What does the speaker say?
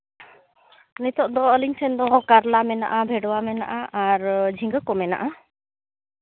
ᱱᱤᱛᱚᱜ ᱫᱚ ᱟᱹᱞᱤᱧ ᱴᱷᱮᱱ ᱫᱚ ᱠᱟᱨᱞᱟ ᱢᱮᱱᱟᱜᱼᱟ ᱵᱷᱮᱰᱣᱟ ᱢᱮᱱᱟᱜᱼᱟ ᱟᱨ ᱡᱷᱤᱜᱟᱹ ᱠᱚ ᱢᱮᱱᱟᱜᱼᱟ